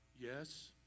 yes